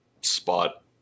spot